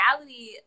reality